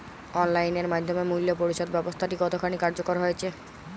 Online এর মাধ্যমে মূল্য পরিশোধ ব্যাবস্থাটি কতখানি কার্যকর হয়েচে?